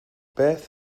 beth